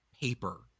paper